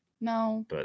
No